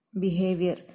behavior